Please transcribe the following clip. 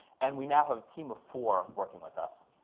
and we now have a team of four working with us.